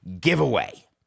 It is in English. giveaway